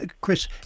Chris